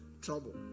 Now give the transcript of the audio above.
trouble